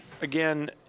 Again